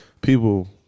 people